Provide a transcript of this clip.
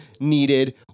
needed